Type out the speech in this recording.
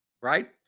right